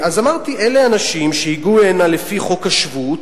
אז אמרתי: אלה אנשים שהגיעו הנה לפי חוק השבות,